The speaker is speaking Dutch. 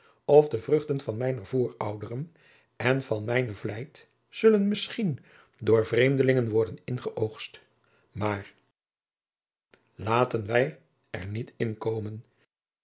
of de vruchten van mijner voorouderen en van mijne vlijt zullen misschien door vreemdelingen worden ingeoogst maar laten wij er niet inkomen